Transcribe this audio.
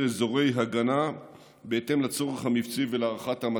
אזורי הגנה בהתאם לצורך המבצעי ולהערכת המצב.